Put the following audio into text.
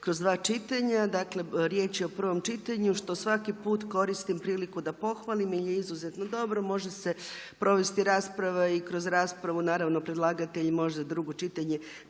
kroz dva čitanja, dakle riječ je o prvom čitanju, što svaki put koristim priliku da pohvalim jer je izuzetno dobro, može se provesti rasprava i kroz raspravu naravno, predlagatelj može kroz drugo čitanje